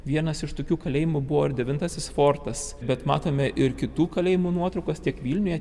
vienas iš tokių kalėjimų buvo ir devintasis fortas bet matome ir kitų kalėjimų nuotraukas tiek vilniuje